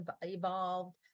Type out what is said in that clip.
evolved